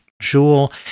jewel